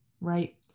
right